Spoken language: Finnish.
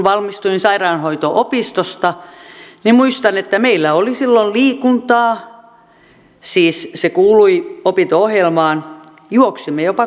valmistuin sairaanhoito opistosta ja muistan että meillä oli silloin liikuntaa siis se kuului opinto ohjelmaan juoksimme jopa cooperin testin